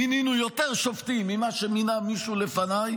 מינינו יותר שופטים ממה שמינה מישהו לפניי